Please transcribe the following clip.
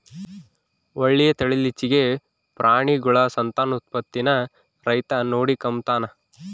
ಒಳ್ಳೆ ತಳೀಲಿಚ್ಚೆಗೆ ಪ್ರಾಣಿಗುಳ ಸಂತಾನೋತ್ಪತ್ತೀನ ರೈತ ನೋಡಿಕಂಬತಾನ